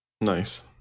Nice